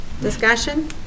Discussion